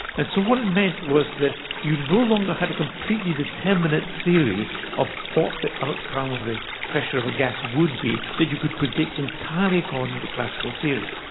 and so what it meant was that you no longer had a completely determinate theory of what the outcome of the pressure of a gas would be that you could predict entirely according to classical theory.